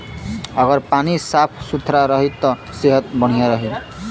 अगर पानी साफ सुथरा रही त सेहत बढ़िया रही